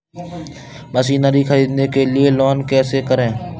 Machinery ख़रीदने के लिए लोन कैसे करें?